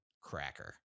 cracker